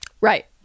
right